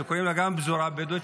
שקוראים לה גם פזורה בדואית,